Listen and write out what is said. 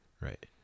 Right